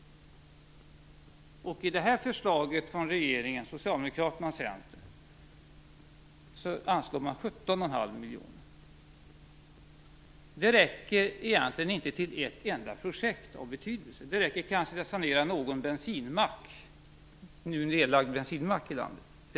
I det här förslaget från Socialdemokraterna och Centern anslås 17,5 miljoner. Det räcker egentligen inte till ett enda projekt av betydelse. Det räcker kanske till att sanera någon nu nedlagd bensinmack i landet.